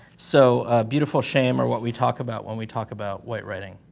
so, beautiful shame, or what we talk about when we talk about white writing.